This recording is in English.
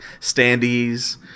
standees